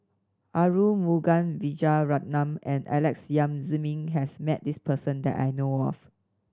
Arumugam Vijiaratnam and Alex Yam Ziming has met this person that I know of